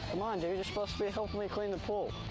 come on, dude, you're supposed to be helping me clean the pool.